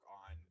on